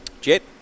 Jet